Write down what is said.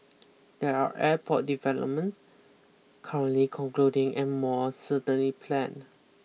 there are airport development currently concluding and more certainly planned